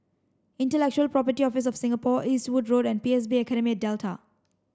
Intellectual Property Office of Singapore Eastwood Road and P S B Academy at Delta